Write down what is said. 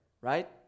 right